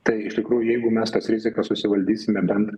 tai iš tikrųjų jeigu mes tas rizikas susivaldysime bent